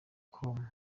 com